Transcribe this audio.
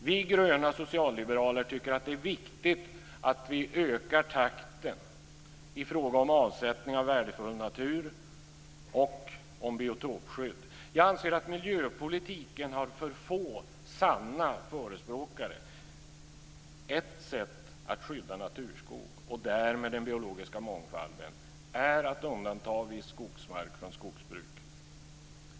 Vi gröna socialliberaler tycker att det är viktigt att öka takten i fråga om avsättning av värdefull natur och i fråga om biotopskydd. Jag anser att miljöpolitiken har för få sanna förespråkare. Ett sätt att skydda naturskog och därmed den biologiska mångfalden är att undanta viss skogsmark från skogsbruk.